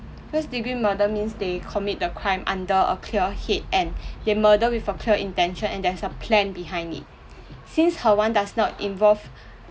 first degree murder means they commit the crime under a clear head and they murder with a clear intention and there's a plan behind it since her one does not involve